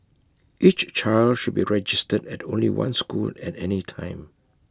each child should be registered at only one school at any time